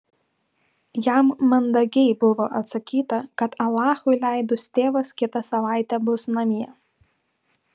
jam mandagiai buvo atsakyta kad alachui leidus tėvas kitą savaitę bus namie